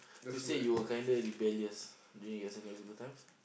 to say you were kinda rebellious during your secondary school time